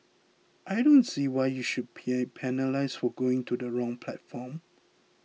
I don't see why you should be penalised for going to the wrong platform